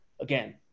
again